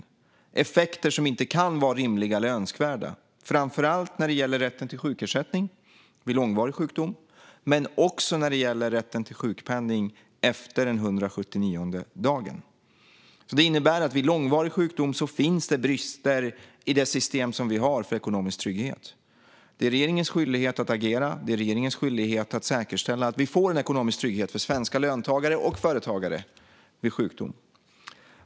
Det är effekter som inte kan vara rimliga eller önskvärda, framför allt vad gäller rätten till sjukersättning vid långvarig sjukdom men också vad gäller rätten till sjukpenning efter den 179:e dagen. Det innebär att det vid långvarig sjukdom finns brister i det system vi har för ekonomisk trygghet. Det är regeringens skyldighet att agera. Det är regeringens skyldighet att säkerställa att vi får ekonomisk trygghet för svenska löntagare och företagare vid sjukdom.